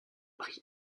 abri